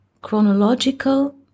chronological